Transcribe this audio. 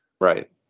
Right